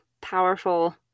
powerful